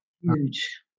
huge